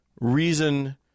reason